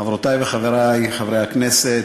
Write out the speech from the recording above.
חברותי וחברי חברי הכנסת,